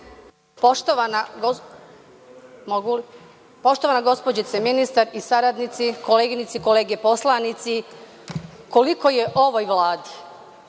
Poštovana gospođice ministar i saradnici, koleginice i kolege poslanici koliko je ovoj Vladi